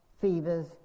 fevers